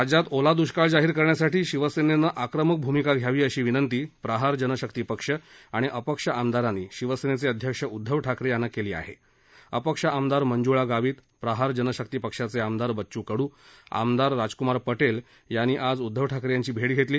राज्यात ओला दृष्काळ जाहीर करण्यासाठी शिवसन्न आक्रमक भूमिका घ्यावी अशी विनव्वी प्रहार जनशक्ती पक्ष आणि अपक्ष आमदाराव्वी शिवसम्राव्वी अध्यक्ष उद्धव ठाकर याव्वा कली आह्य अपक्ष आमदार ममुळा गावित प्रहार जनशक्ती पक्षाच आमदार बचू कडू आमदार राजकुमार पटक्ष याद्वी आज उद्धव ठाकर याद्वी भव घवली